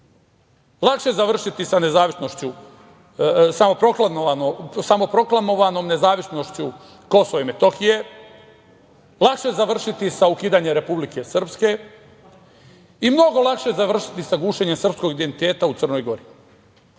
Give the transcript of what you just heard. lakše završiti sa samoproklamovanom nezavisnošću Kosova i Metohije, lakše završiti sa ukidanjem Republike Srpske i mnogo lakše završiti sa gušenjem srpskog identiteta u Crnoj Gori,